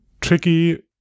tricky